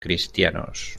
cristianos